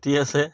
আছে